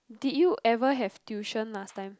did you ever have tuition last time